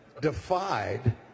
defied